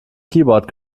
keyboard